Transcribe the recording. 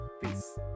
peace